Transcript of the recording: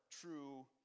true